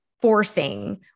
forcing